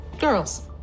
Girls